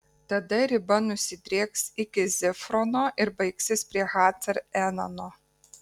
tada riba nusidrieks iki zifrono ir baigsis prie hacar enano